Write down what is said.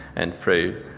and through